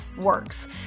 works